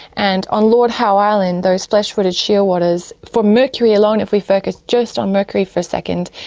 and on lord howe island those flesh footed shearwaters for mercury alone, if we focus just on mercury for a second,